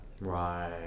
Right